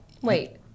Wait